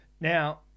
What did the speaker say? Now